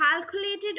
calculated